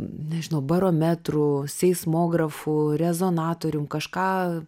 nežinau barometru seismografu rezonatorium kažką